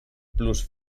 plus